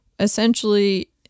Essentially